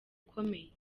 ikomeye